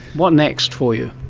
what next for you?